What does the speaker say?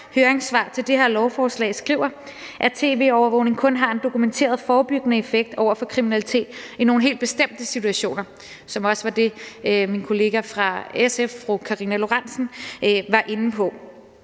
høringssvar til det her lovforslag skriver, at tv-overvågning kun har en dokumenteret forebyggende effekt over for kriminalitet i nogle helt bestemte situationer, som også var det, min kollega fra SF, fru Karina Lorentzen Dehnhardt, var inde på.